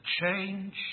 change